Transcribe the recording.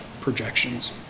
projections